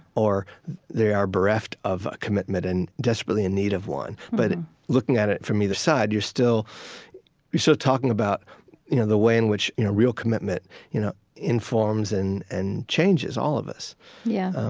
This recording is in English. or they are bereft of a commitment and desperately in need of one. but looking at it from either side, you're still so talking about you know the way in which real commitment you know informs and and changes all of us yeah.